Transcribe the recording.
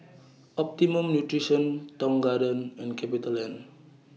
Optimum Nutrition Tong Garden and CapitaLand